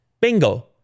bingo